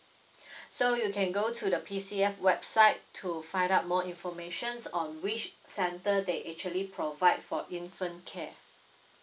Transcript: so you can go to the P_C_F website to find out more information on which centre that actually provide for infant care